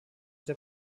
der